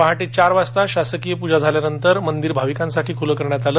पहाटे चार वाजता शासकीय पूजा झाल्यानंतर मंदिर भाविकांसाठी खुले करण्यात आलं